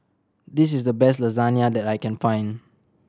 this is the best Lasagne that I can find